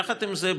יחד עם זה,